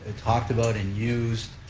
ah talked about and used,